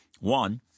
One